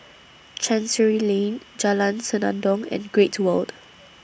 Chancery Lane Jalan Senandong and Great World